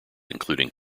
including